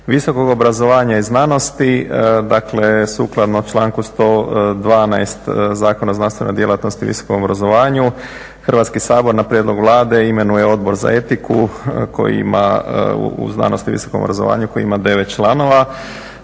visokog obrazovanja i znanosti. dakle sukladno članku 112. Zakona o znanstvenoj djelatnosti i visokom obrazovanju Hrvatski sabor na prijedlog Vlade imenuje Odbor za etiku u znanosti i visokom obrazovanju koji ima 9 članova.